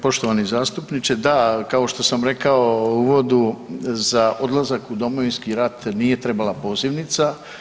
Poštovani zastupniče da, kao što sam rekao u uodu za odlazak u Domovinski rat nije trebala pozivnica.